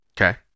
okay